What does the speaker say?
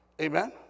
Amen